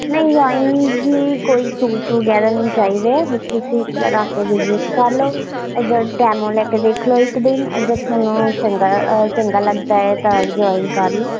ਨਹੀਂ ਜੁਆਇਨਿੰਗ ਲਈ ਕੋਈ ਪਰੂਫ ਵਗੈਰਾ ਨਹੀਂ ਚਾਹੀਦੇ ਹੈ ਤੁਸੀਂ ਇੱਕ ਵਾਰ ਆ ਕੇ ਵਿਜ਼ਿਟ ਕਰ ਲਉ ਅਗਰ ਡੈਮੋ ਲੈ ਕੇ ਦੇਖ ਲਉ ਇੱਕ ਦਿਨ ਅਗਰ ਤੁਹਾਨੂੰ ਚੰਗਾ ਚੰਗਾ ਲੱਗਦਾ ਹੈ ਤਾਂ ਜੁਆਇੰਨ ਕਰ ਲਉ